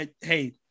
hey